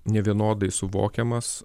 nevienodai suvokiamas